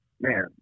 man